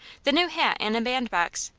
the new hat in a bandbox,